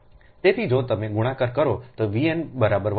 તેથી જો તમે ગુણાકાર કરો તો vn બરાબર 121